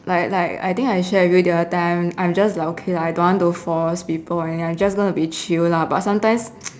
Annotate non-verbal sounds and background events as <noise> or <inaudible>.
like like I think I share with you the other time I'm just like okay lah I don't want to force people or anything and I just gonna be chill lah but sometimes <noise>